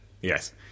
Yes